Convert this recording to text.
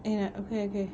!aiya! okay okay